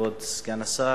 כבוד סגן השר,